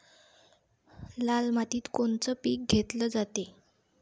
लाल मातीत कोनचं पीक घेतलं जाते?